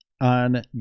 on